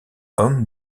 homme